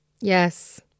yes